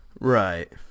Right